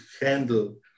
handle